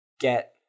get